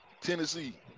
Tennessee